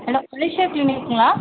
hello கொலுஸ்யா கிளினிக்குங்ளா